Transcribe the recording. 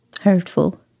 Hurtful